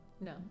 No